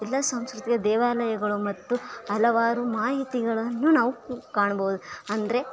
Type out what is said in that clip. ಎಲ್ಲ ಸಂಸ್ಕೃತಿಯ ದೇವಾಲಯಗಳು ಮತ್ತು ಹಲವಾರು ಮಾಹಿತಿಗಳನ್ನು ನಾವು ಕಾಣ್ಬೌದು ಅಂದರೆ